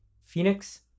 Phoenix